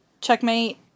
Checkmate